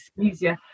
easier